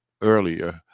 earlier